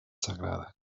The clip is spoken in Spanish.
sagrada